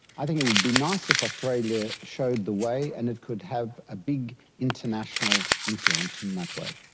i think it would be nice if australia showed the way and it could have a big international influence in that way.